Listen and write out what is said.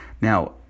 Now